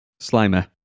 Slimer